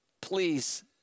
please